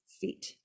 feet